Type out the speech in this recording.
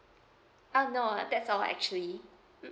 um no that's all actually mm